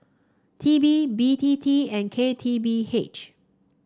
T B B T T and K T B H